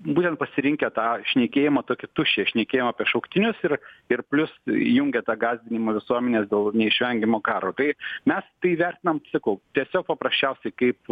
būtent pasirinkę tą šnekėjimą tokį tuščią šnekėjom apie šauktinius ir ir plius jungia tą gąsdinimą visuomenės dėl neišvengiamo karo tai mes tai vertinam tai sakau tiesiog paprasčiausiai kaip